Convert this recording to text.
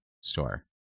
store